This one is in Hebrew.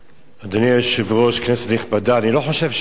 אני לא חושב שיש נבחרי ציבור שקוראים לצאת